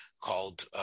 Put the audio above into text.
called